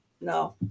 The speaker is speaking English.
no